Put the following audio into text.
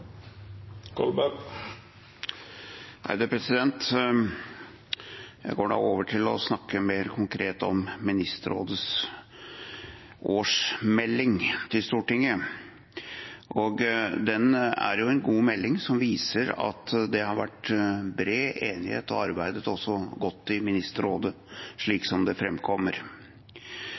Jeg går over til å snakke mer konkret om Ministerrådets årsmelding til Stortinget. Det er en god melding som viser at det har vært bred enighet og arbeidet godt i Ministerrådet, slik som det